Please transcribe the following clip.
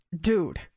Dude